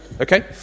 Okay